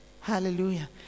Hallelujah